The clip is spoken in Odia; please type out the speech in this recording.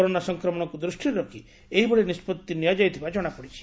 କରୋନା ସଂକ୍ରମଶକୁ ଦୃଷ୍ଷିରେ ରଖ୍ ଏହିଭଳି ନିଷ୍ବଉି ନିଆଯାଇଥବା ଜଣାପଡିଛି